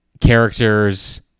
characters